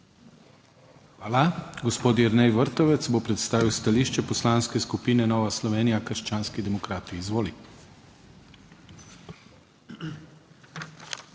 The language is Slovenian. Hvala. Gospod Jernej Vrtovec bo predstavil stališče Poslanske skupine Nova Slovenija - krščanski demokrati. Izvoli.